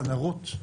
צנרות,